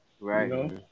Right